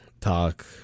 talk